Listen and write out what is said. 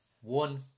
one